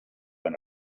and